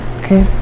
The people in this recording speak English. okay